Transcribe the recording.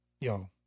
Yo